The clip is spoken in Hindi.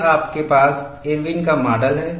फिर आपके पास इरविनIrwin's का माडल है